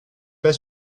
pas